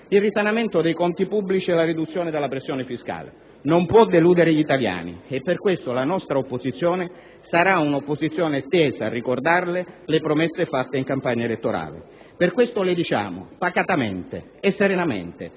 il risanamento dei conti pubblici e la riduzione della pressione fiscale. Non può deludere gli italiani. E per questo la nostra sarà un'opposizione tesa a ricordarle le promesse fatte in campagna elettorale. Per questo le diciamo, pacatamente e serenamente,